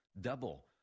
double